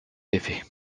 effet